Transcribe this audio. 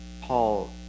Paul